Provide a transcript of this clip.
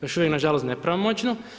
Još uvijek nažalost nepravomoćnu.